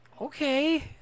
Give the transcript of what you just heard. Okay